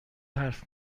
حرف